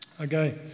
Okay